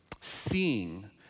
Seeing